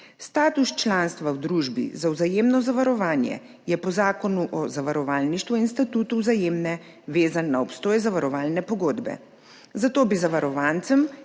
Status članstva v družbi za vzajemno zavarovanje je po Zakonu o zavarovalništvu in statutu Vzajemne vezan na obstoj zavarovalne pogodbe, zato bi zavarovancem,